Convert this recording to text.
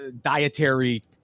dietary